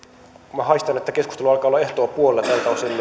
minä haistan että keskustelu alkaa olla ehtoopuolella tältä osin